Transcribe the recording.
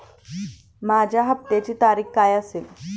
माझ्या हप्त्याची तारीख काय असेल?